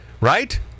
right